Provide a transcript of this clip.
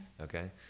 Okay